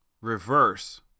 reverse